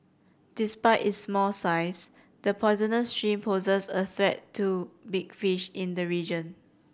despite its small size the poisonous shrimp poses a threat to big fish in the region